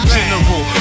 General